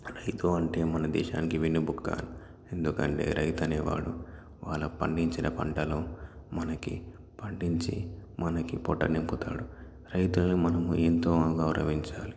రైతు అంటే మన దేశానికి వెన్నుముక ఎందుకంటే రైతనేవాడు వాళ్ళ పండించిన పంటలో మనకి పండించి మనకి పొట్ట నింపుతాడు రైతులను మనము ఎంతో గౌరవించాలి